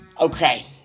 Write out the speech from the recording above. Okay